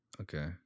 Okay